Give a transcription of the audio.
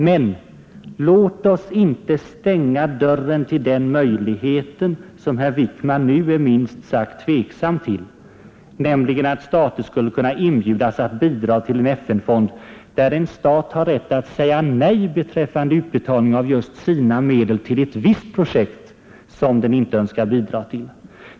Men låt oss inte stänga dörren till den möjlighet herr Wickman är minst sagt tveksam inför, nämligen att stater skulle kunna inbjudas att bidra till en FN-fond, där en stat har rätt att säga nej beträffande utbetalning av just sina medel till ett visst projekt, som den inte önskar bidra till.